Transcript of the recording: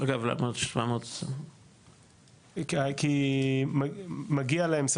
כי מגיע להם,